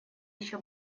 еще